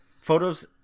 Photos